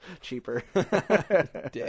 cheaper